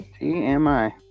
TMI